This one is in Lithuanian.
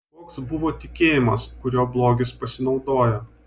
koks buvo tikėjimas kuriuo blogis pasinaudojo